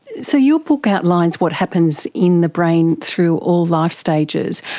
so your book outlines what happens in the brain through all life stages.